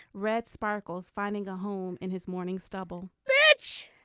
red sparkles finding a home in his morning stubble which.